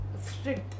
strict